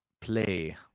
play